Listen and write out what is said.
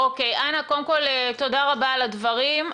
אנה, קודם כל, תודה רבה על הדברים.